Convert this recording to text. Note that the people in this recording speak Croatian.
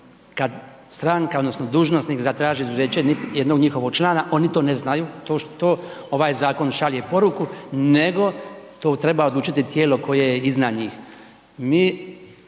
kad stranka odnosno dužnosnik zatraži izuzeće jednog njihovog člana oni to ne znaju, to ovaj zakon šalje poruku, nego to treba odlučiti tijelo koje je iznad njih. Mi